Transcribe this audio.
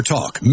Talk